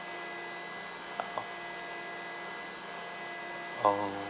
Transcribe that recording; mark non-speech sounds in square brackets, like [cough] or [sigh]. [noise] oh